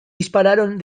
dispararon